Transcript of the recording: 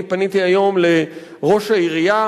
אני פניתי היום לראש העירייה